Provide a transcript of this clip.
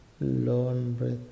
long-breath